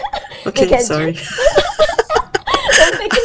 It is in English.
we can just